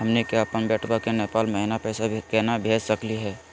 हमनी के अपन बेटवा क नेपाल महिना पैसवा केना भेज सकली हे?